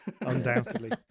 Undoubtedly